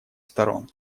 сторон